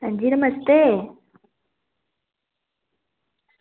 अंजी नमस्ते